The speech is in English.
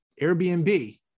Airbnb